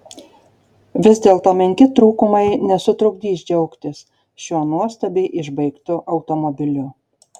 vis dėlto menki trūkumai nesutrukdys džiaugtis šiuo nuostabiai išbaigtu automobiliu